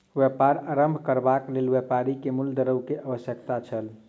व्यापार आरम्भ करबाक लेल व्यापारी के मूल द्रव्य के आवश्यकता छल